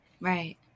Right